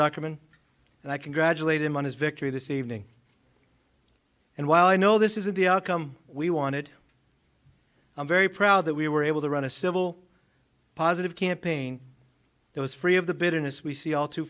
argument and i congratulate him on his victory this evening and while i know this isn't the outcome we wanted i'm very proud that we were able to run a civil positive campaign that was free of the bitterness we see all too